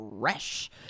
fresh